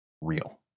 real